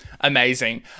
Amazing